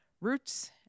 roots